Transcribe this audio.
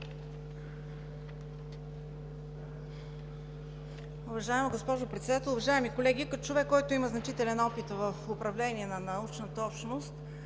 Уважаема госпожо Председател, уважаеми колеги! Като човек, който има значителен опит в управлението на научната общност,